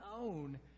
own